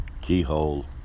keyhole